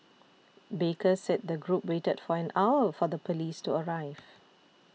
baker said the group waited for an hour for the police to arrive